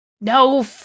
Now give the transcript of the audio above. No